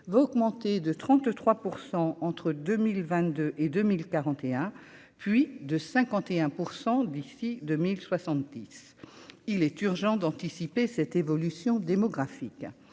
va augmenter de 33 % entre 2000 22 et 2041 puis de 51 % d'ici 2000 70, il est urgent d'anticiper cette évolution démographique,